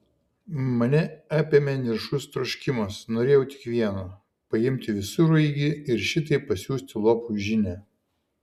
mane apėmė niršus troškimas norėjau tik vieno paimti visureigį ir šitaip pasiųsti lopui žinią